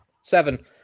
Seven